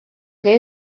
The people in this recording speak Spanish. que